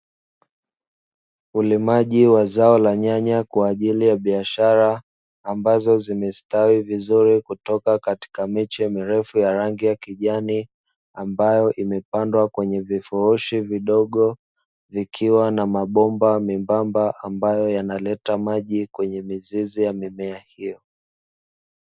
Ulimaji wa zao la nyanya kwa ajili ya biashara ambazo zimestawi vizuri kutoka katika miche mirefu ya rangi ya kijani, ambayo imepandwa kwenye vifurushi vidogo vikiwa na mabomba membamba ambayo yanaleta maji kwenye mizizi ya mimea hiyo.